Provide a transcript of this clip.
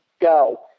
go